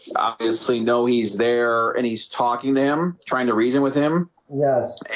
obviously know he's there and he's talking to him trying to reason with him yeah,